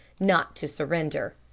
not to surrender.